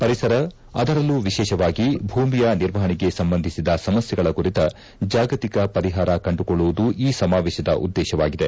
ಪರಿಸರ ಅದರಲ್ಲೂ ವಿಶೇಷವಾಗಿ ಭೂಮಿಯ ನಿರ್ವಹಣೆಗೆ ಸಂಬಂಧಿಸಿದ ಸಮಸ್ನೆಗಳ ಕುರಿತ ಜಾಗತಿಕ ಪರಿಹಾರ ಕಂಡುಕೊಳ್ಳುವುದು ಈ ಸಮಾವೇಶದ ಉದ್ದೇಶವಾಗಿದೆ